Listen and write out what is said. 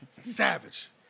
Savage